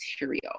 material